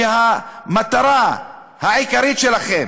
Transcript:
כשהמטרה העיקרית שלכם